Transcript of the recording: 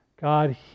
God